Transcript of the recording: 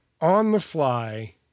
on-the-fly